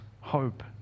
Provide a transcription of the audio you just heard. hope